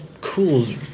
cools